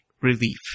relief